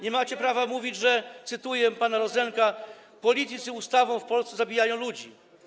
Nie macie prawa mówić, że - cytuję pana Rozenka - politycy ustawą w Polsce zabijają ludzi.